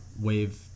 wave